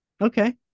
Okay